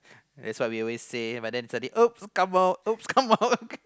that's what we always say but then suddenly oops come out oops come out